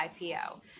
ipo